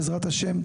בעזרת השם,